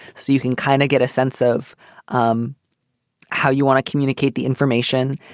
so you can kind of get a sense of um how you want to communicate the information.